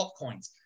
altcoins